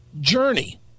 Journey